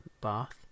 bath